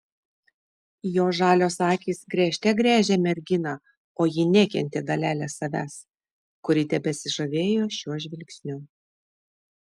jo žalios akys gręžte gręžė merginą o ji nekentė dalelės savęs kuri tebesižavėjo šiuo žvilgsniu